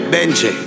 Benji